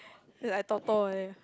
say like Toto only